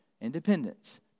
independence